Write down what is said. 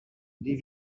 des